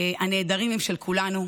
הנעדרים הם של כולנו.